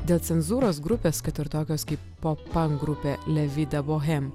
dėl cenzūros grupes kad ir tokios kaip popan grupė levi da bohem